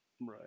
Right